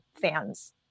fans